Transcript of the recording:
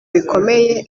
bikomeye